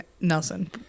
Nelson